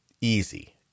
easy